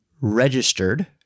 registered